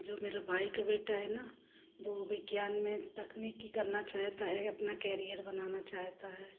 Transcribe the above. जो मेरा भाई का बेटा है ना वो विज्ञान में तकनीकी करना चाहता है अपना कैरियर बनाना चाहता है